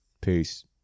Peace